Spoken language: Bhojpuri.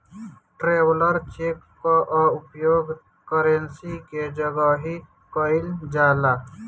ट्रैवलर चेक कअ उपयोग करेंसी के जगही कईल जाला